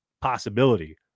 possibility